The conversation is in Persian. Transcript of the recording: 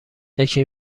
یکی